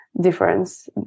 difference